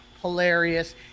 hilarious